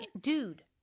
Dude